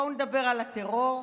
בואו נדבר על הטרור,